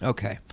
Okay